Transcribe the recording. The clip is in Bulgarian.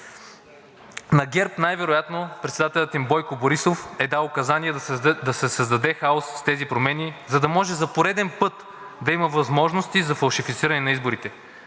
На ГЕРБ най-вероятно председателят им Бойко Борисов е дал указания да се създаде хаос с тези промени, за да може за пореден път да има възможности за фалшифициране на изборите.